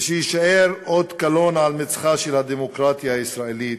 ושיישאר אות קלון על מצחה של הדמוקרטיה הישראלית,